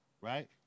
right